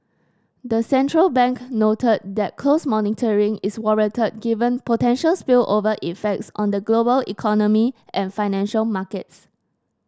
the central bank noted that close monitoring is warranted given potential spillover effects on the global economy and financial markets